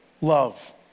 love